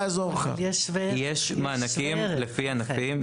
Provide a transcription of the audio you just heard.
יש מענקים לפי ענפים.